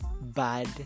bad